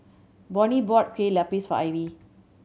Bonny bought Kueh Lapis for Ivy